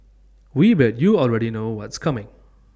we bet you already know what's coming